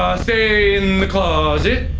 uhhhhh, stay in the closet.